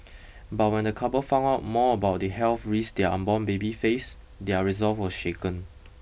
but when the couple found out more about the health risks their unborn baby faced their resolve was shaken